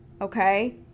okay